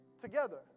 together